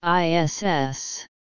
ISS